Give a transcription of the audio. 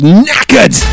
knackered